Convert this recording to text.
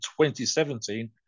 2017